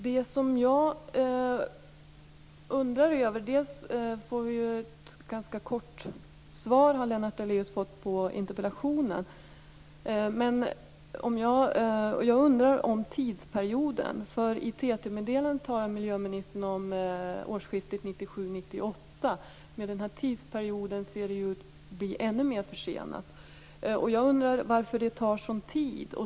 Lennart Daléus har fått ett ganska kort svar på interpellationen. Jag undrar över tidsperioden. I TT meddelandet talar miljöministern om årsskiftet 1997/98. Men det hela ser ut att bli försenat. Jag undrar varför det tar sådan tid.